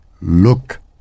look